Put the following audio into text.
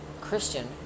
Christian